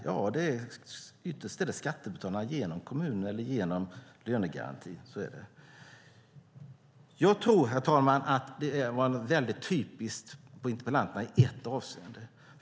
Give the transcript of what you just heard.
Jo, ytterst är det skattebetalarna genom kommunen eller genom lönegarantin. Jag tror, herr talman, att det här var typiskt för interpellanten i ett avseende.